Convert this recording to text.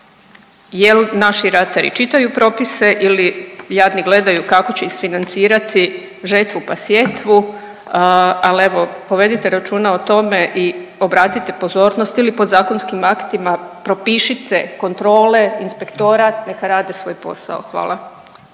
jel naši ratari čitaju propise ili jadni gledaju kako će isfinacirati žetvu pa sjetu, ali evo povedite računa o tome i obratite pozornost ili podzakonskim aktima propišite kontrole, inspektorat, neka rade svoj posao. Hvala.